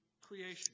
creation